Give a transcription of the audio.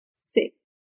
six